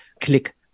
click